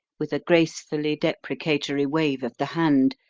with a gracefully deprecatory wave of the hand,